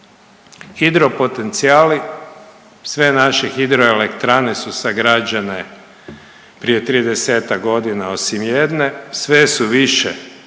Hidro potencijali sve naše hidroelektrane su sagrađene prije 30-ak godina osim jedne, sve su